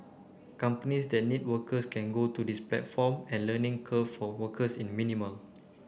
companies that need workers can go to this platform and learning curve for workers in a minimal